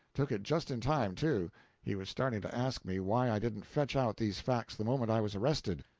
took it just in time, too he was starting to ask me why i didn't fetch out these facts the moment i was arrested.